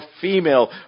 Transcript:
female